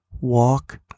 walk